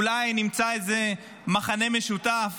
אולי נמצא איזה מכנה משותף